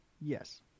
yes